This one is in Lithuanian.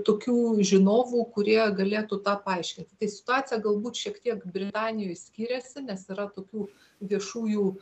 tokių žinovų kurie galėtų tą paaiškinti tai situacija galbūt šiek tiek britanijoj skiriasi nes yra tokių viešųjų